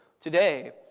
today